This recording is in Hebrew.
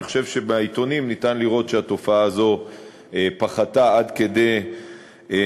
אני חושב שבעיתונים ניתן לראות שהתופעה הזו פחתה עד כדי נעלמה,